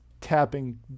tapping